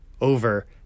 over